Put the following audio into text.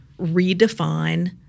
redefine